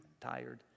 tired